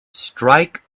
strike